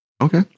Okay